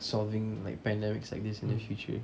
solving pandemics like this in the future